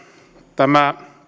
tämä